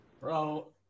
Bro